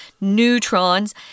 Neutrons